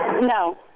No